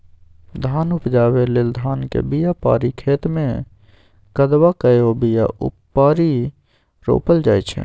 धान उपजाबै लेल धानक बीया पारि खेतमे कदबा कए ओ बीया उपारि रोपल जाइ छै